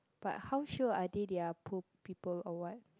but how sure are they they are poor people or what